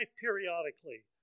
periodically